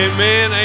Amen